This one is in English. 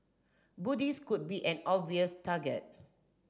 Buddhist could be an obvious target